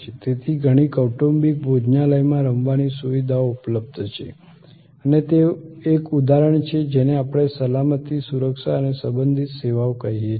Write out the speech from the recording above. તેથી ઘણી કૌટુંબિક ભોજનાલયમાં રમવાની સુવિધાઓ ઉપલબ્ધ છે અને તે એક ઉદાહરણ છે જેને આપણે સલામતી સુરક્ષા અને સંબંધિત સેવાઓ કહીએ છીએ